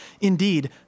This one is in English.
Indeed